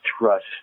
trust